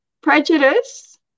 prejudice